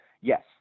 yes